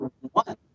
one